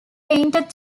painted